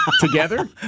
together